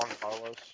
Carlos